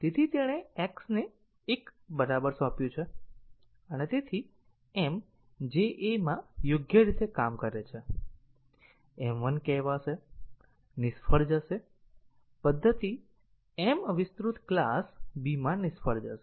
તેણે x ને 1 બરાબર સોંપ્યું છે અને m જે A માં યોગ્ય રીતે કામ કરે છે m 1 કહેવાશે નિષ્ફળ જશે પદ્ધતિ m વિસ્તૃત ક્લાસ B માં નિષ્ફળ જશે